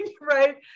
right